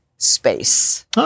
Space